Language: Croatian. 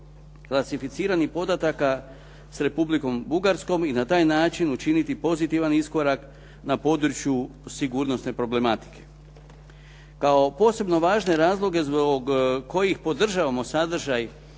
klasificiranih podataka s Republikom Bugarskom i na taj način učiniti pozitivan iskorak na području sigurnosne problematike. Kao posebno važne razloge zbog kojih podržavamo sadržaj